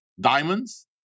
diamonds